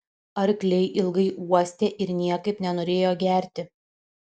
arkliai ilgai uostė ir niekaip nenorėjo gerti